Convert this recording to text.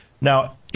Now